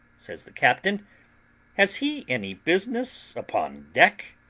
says the captain has he any business upon, deck?